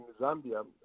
Zambia